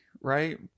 right